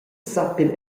sappien